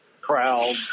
crowd